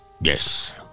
Yes